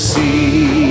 see